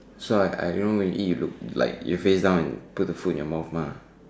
so I I like you know we eat look like you face down and put the food in your mouth meh